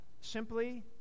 simply